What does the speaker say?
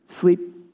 Sleep